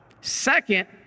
Second